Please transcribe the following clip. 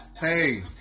Hey